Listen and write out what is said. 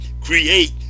create